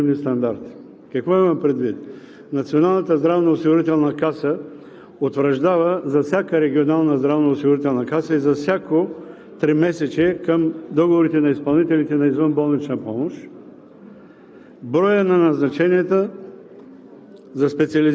са: чл. 3, така наречените регулативни стандарти. Какво имам предвид? Националната здравноосигурителна каса утвърждава за всяка регионална здравноосигурителна каса и за всяко тримесечие към договорите на изпълнителите на извънболнична помощ